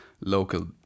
local